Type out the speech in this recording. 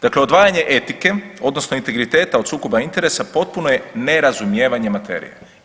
Dakle odvajanje etike, odnosno integriteta od sukoba interesa potpuno je nerazumijevanje materije.